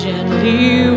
Gently